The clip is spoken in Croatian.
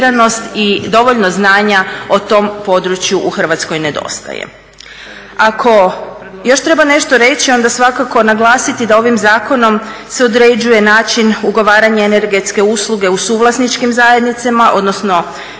i dovoljno znanja o tom području u Hrvatskoj nedostaje. Ako još treba nešto reći, onda svakako naglasiti da ovim zakonom se određuje način ugovaranja energetske usluge u suvlasničkim zajednicama, odnosno